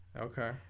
Okay